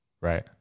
right